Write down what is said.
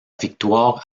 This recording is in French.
victoire